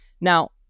Now